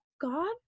God